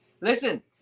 Listen